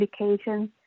applications